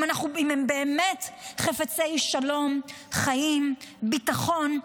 אם הם באמת חפצי שלום, חיים, ביטחון,